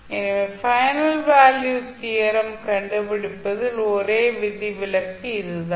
எனவே final value theorem ஐ கண்டுபிடிப்பதில் ஒரே விதிவிலக்கு இதுதான்